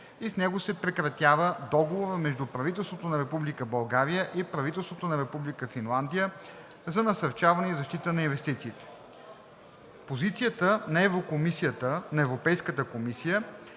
и с него се прекратява Договора между правителството на Република България и правителството на Република Финландия за насърчаване и защита на инвестициите. Позицията на Европейската комисия